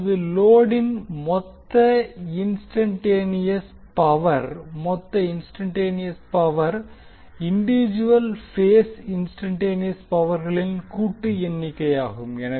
இப்போது லோடின் மொத்த இன்ஸ்டன்ட்டேனியஸ் பவர் மொத்த instantaneous power individual phase instantaneous பவர்களின் கூட்டு எண்ணிக்கையாகும்